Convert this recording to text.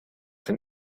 den